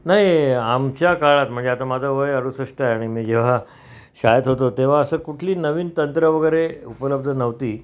नाई आमच्या काळात म्हणजे आता माझा वय अरुसष्टय आणि मी जेव्हा शाळेत होतो तेव्हा असं कुठली नवीन तंत्र वगरे उपलब्ध नव्हती